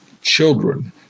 children